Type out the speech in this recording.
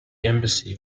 embassy